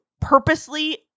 purposely